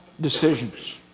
decisions